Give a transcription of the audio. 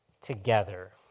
together